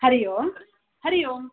हरि ओं हरि ओं